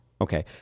Okay